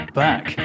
back